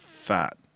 Fat